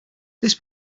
this